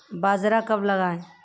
बाजरा कब लगाएँ?